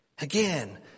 Again